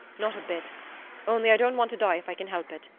not a bit only i don't want to die if i can help it.